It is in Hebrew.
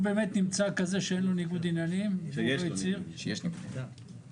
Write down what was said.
יש גם אדם ריאלי.